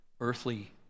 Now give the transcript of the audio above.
earthly